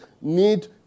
need